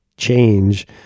change